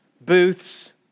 Booths